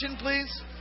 please